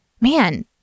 man